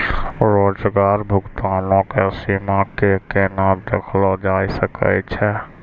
रोजाना भुगतानो के सीमा के केना देखलो जाय सकै छै?